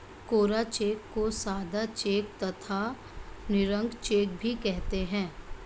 कोरा cheque को सादा cheque तथा निरंक चेक भी कहते हैं